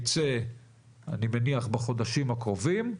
שאני מניח שייצא בחודשים הקרובים,